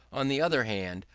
on the other hand,